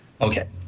Okay